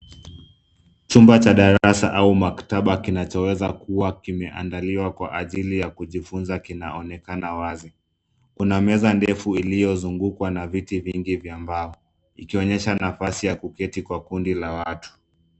Chumba cha darasa au maktaba kinachoweza kuwa kimeandaliwa kwa ajili ya kujifunza, kinaonekana wazi. Kuna meza ndefu iliyozungukwa na viti vingi vya mbao, Ikionyesha nafasi ya kuketi kwa kundi la watu.